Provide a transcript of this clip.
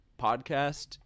podcast